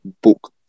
book